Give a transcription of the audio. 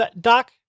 Doc